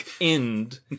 end